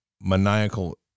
maniacal